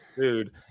Dude